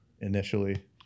initially